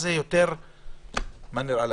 מה דעתך?